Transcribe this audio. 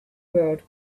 world